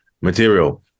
material